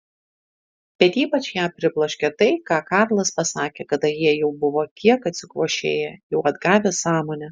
bet ypač ją pribloškė tai ką karlas pasakė kada jie jau buvo kiek atsikvošėję jau atgavę sąmonę